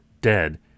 dead